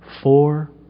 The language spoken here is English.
four